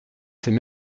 sais